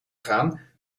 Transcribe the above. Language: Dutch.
gaan